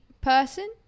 person